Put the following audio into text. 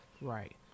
Right